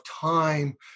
time